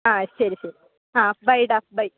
ആ ശരി ശരി ആ ബൈ ഡാ ബൈ